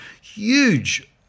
huge